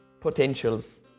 potentials